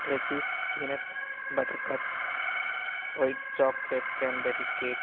Reese's peanut butter cups white chocolate cranberry cake